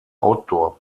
outdoor